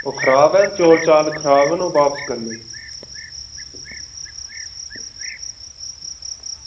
ओह् खराब ऐ ओह् चौल खराब न बापस करने